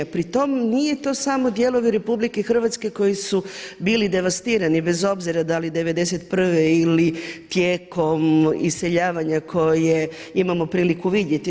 Pri tome, nije to samo dijelovi RH koji su bili devastirani, bez obzira da li '91. ili tijekom iseljavanja koje imamo priliku vidjeti.